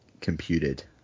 computed